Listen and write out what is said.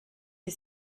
sie